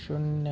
शून्य